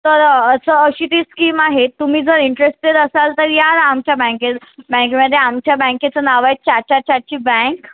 तर असं अशी ती स्कीम आहे तुम्ही जर इन्स्ट्रेस्टेड असाल तर या आमच्या बँकेत बँकमध्ये आमच्या बँकेचं नाव आहे चाचा चाची बँक